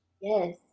Yes